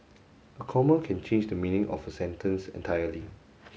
a comma can change the meaning of a sentence entirely